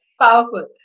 Powerful